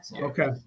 Okay